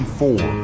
four